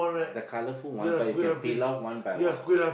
the colourful one but you can peel off one by one